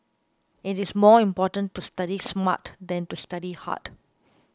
it is more important to study smart than to study hard